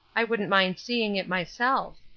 i wouldn't mind seeing it myself.